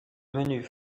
menus